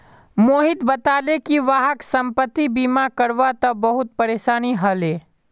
मोहित बताले कि वहाक संपति बीमा करवा त बहुत परेशानी ह ले